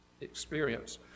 experience